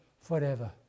forever